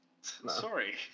Sorry